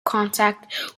contact